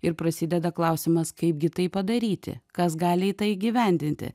ir prasideda klausimas kaipgi tai padaryti kas gali tai įgyvendinti